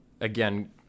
again